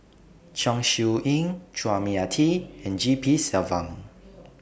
Chong Siew Ying Chua Mia Tee and G P Selvam